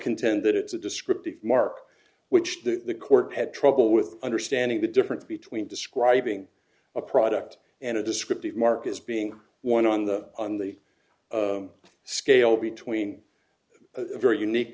contend that it's a descriptive mark which the court had trouble with understanding the difference between describing a product and a descriptive mark as being one on the on the scale between a very unique